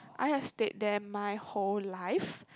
I have stayed there my whole life